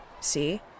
See